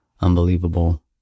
Unbelievable